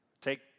take